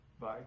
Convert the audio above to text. Bye